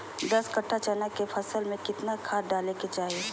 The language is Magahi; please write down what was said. दस कट्ठा चना के फसल में कितना खाद डालें के चाहि?